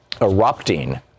erupting